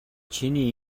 чиний